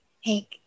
hey